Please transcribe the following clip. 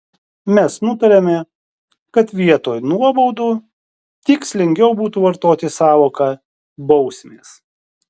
mes nutarėme kad vietoj nuobaudų tikslingiau būtų vartoti sąvoką bausmės